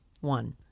One